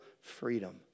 freedom